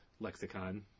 lexicon